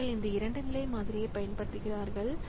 அவர்கள் இந்த 2 நிலை மாதிரியைப் பயன்படுத்துகிறார்கள்